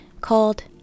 called